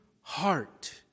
heart